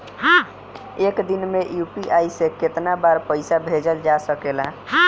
एक दिन में यू.पी.आई से केतना बार पइसा भेजल जा सकेला?